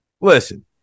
Listen